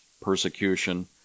persecution